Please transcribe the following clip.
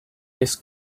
his